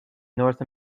north